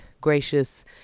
gracious